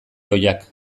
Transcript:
ohiak